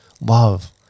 love